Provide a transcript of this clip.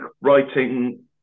writing